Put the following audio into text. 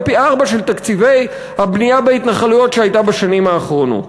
ופי-ארבעה של תקציבי הבנייה בהתנחלויות שהייתה בשנים האחרונות.